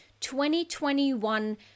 2021